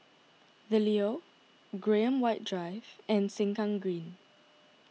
the Leo Graham White Drive and Sengkang Green